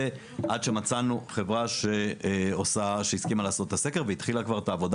עד שמצאנו חברה שהסכימה לעשות את הסקר והתחילה כבר את העבודה